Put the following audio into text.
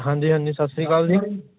ਹਾਂਜੀ ਹਾਂਜੀ ਸਤਿ ਸ਼੍ਰੀ ਅਕਾਲ ਜੀ